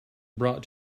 brought